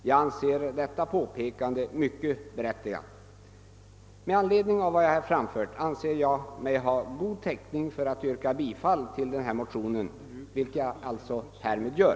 Vi anser detta förslag vara mycket berättigat. Med anledning av vad jag här har anfört anser jag mig ha god täckning för att yrka bifall till motionen, vilket jag alltså härmed gör.